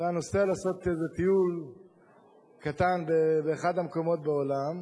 נוסע לעשות איזה טיול קטן באחד המקומות בעולם,